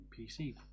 PC